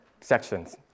sections